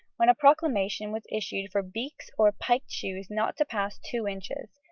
when a proclamation was issued for beaks or piked shoes not to pass two inches,